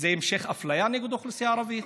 זה המשך האפליה נגד האוכלוסייה הערבית,